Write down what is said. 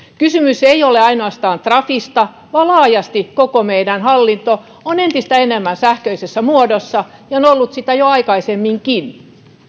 kysymys ei ole ainoastaan trafista vaan laajasti koko meidän hallinto on entistä enemmän sähköisessä muodossa ja on ollut sitä jo aikaisemminkin